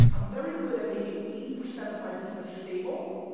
i'm very good at making eighty percent of my business stable,